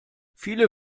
viele